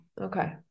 Okay